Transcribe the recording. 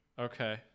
Okay